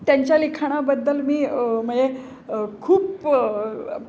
त्यांच्या लिखाणाबद्दल मी म्हणजे खूप